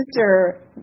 sister